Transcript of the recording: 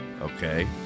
Okay